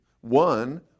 One